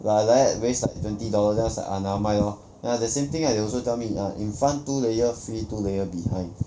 !wah! like that waste like twenty dollar then I was like !aiya! nevermind lor ya the same thing lah they also tell me ah in front two layer free two layer behind